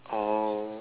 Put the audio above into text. oh